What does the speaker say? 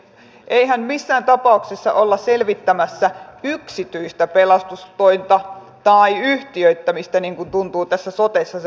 eihän missään tapauksessa olla selvittämässä yksityistä pelastustointa tai yhtiöittämistä niin kuin tuntuu tässä sotessa se muotisana nyt olevan